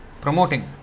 promoting